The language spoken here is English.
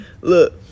Look